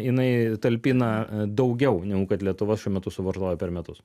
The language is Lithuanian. jinai talpina daugiau negu kad lietuva šiuo metu suvartoja per metus